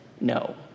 no